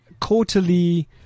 quarterly